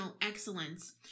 excellence